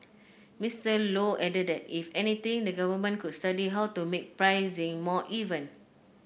Mister Low added that if anything the Government could study how to make pricing more even